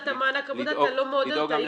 את מענק העבודה ראתה לא מעודד אותה,